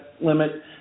limit